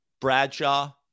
Bradshaw